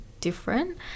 different